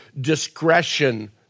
discretion